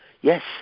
Yes